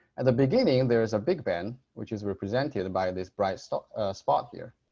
at the beginning, there is a big bang which is represented by this bright spot spot here